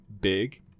Big